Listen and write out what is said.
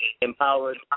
empowered